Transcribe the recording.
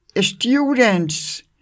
students